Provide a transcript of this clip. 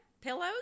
Pillows